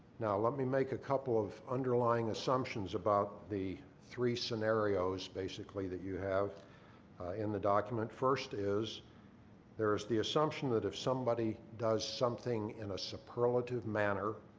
now let me make a couple of underlying assumptions about the three scenarios basically that you have in the document. first is there's the assumption that if somebody does something in a superlative manner,